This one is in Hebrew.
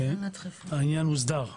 העניין מוסדר ב"ה.